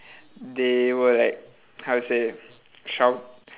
they were like how to say shout~